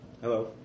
Hello